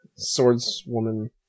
swordswoman